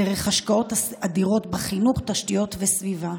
דרך השקעות אדירות בחינוך, בתשתיות ובסביבה.